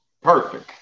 Perfect